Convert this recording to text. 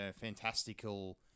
fantastical